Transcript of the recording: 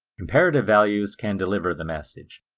comparative values can deliver the message.